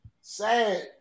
sad